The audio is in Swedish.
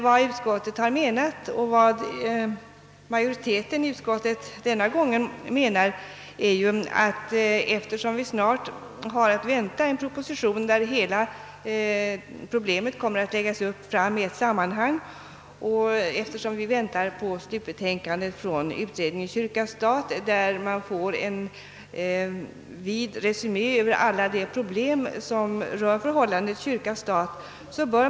Utskottsmajoriteten menar för sin del att vi i detta fall bör avvakta innan ställning tas i sak, eftersom en proposition snart är att vänta där hela problemet kommer att framläggas i ett sammanhang och vi också väntar på slutbetänkandet från utredningen kyrka—stat, där det kommer att ges en vid resumé över alla de problem som rör förhållandet kyrka— stat.